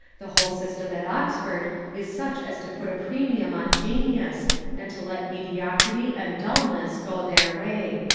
the whole system at oxford is such as to put a premium on genius and to let mediocrity and dulness go their way.